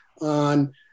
on